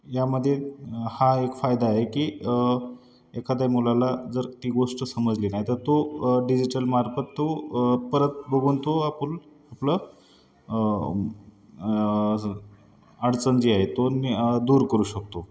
यामध्ये हा एक फायदा आहे की एखाद्या मुलाला जर ती गोष्ट समजली नाही तर तो डिजिटलमार्फत तो परत बघून तो आपलं आपलं अडचण जी आहे तो दूर करू शकतो